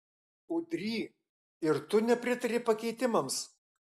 udry ir tu nepritari pakeitimams